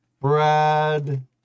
Brad